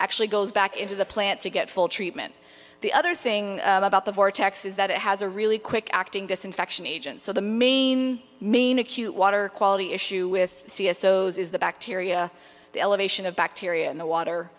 actually goes back into the plant to get full treatment the other thing about the vortex is that it has a really quick acting disinfection agent so the main main acute water quality issue with c s o's is the bacteria the elevation of bacteria in the water